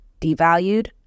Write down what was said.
devalued